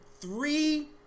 Three